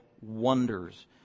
wonders